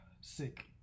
Sick